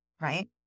right